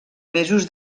mesos